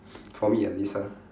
for me at least ah